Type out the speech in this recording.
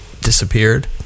disappeared